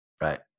Right